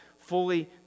fully